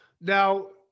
Now